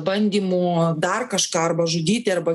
bandymų dar kažką arba žudyti arba